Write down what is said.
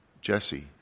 Jesse